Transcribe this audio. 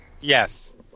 yes